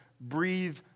breathe